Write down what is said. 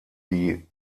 die